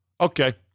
okay